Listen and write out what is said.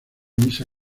misa